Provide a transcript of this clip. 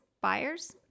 buyers